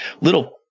little